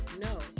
no